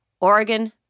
Oregon